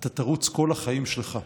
אתה תרוץ כל החיים שלך.